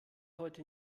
heute